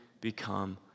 become